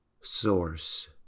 source